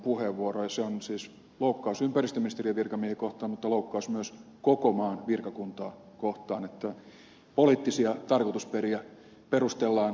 se on siis loukkaus ympäristöministeriön virkamiehiä kohtaan mutta loukkaus myös koko maan virkakuntaa kohtaan että poliittisia tarkoitusperiä perustellaan virkamiesten yhteiskunnallisilla kannanotoilla